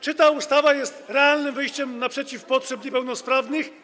Czy ta ustawa jest realnym wyjściem naprzeciw potrzebom niepełnosprawnych?